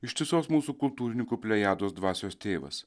ištisos mūsų kultūrininkų plejados dvasios tėvas